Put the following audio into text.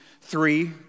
three